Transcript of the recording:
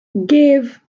gave